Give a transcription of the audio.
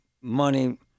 money